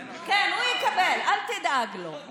כן, הוא יקבל, אל תדאג לו.